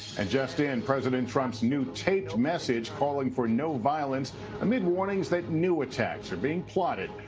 and just in, president trump's new taped message calling for no violence amid warnings that new attacks are being plotted.